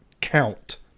count